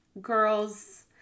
girls